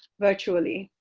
virtually.